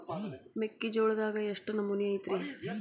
ಮೆಕ್ಕಿಜೋಳದಾಗ ಎಷ್ಟು ನಮೂನಿ ಐತ್ರೇ?